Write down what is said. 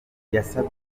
yasabye